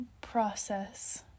process